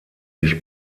sich